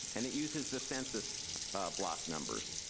and it uses the census block numbers.